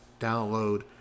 download